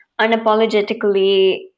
unapologetically